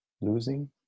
losing